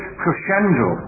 crescendo